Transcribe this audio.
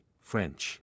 French